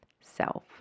self